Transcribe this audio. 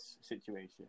situation